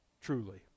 truly